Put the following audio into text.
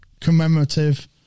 commemorative